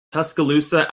tuscaloosa